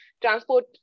transport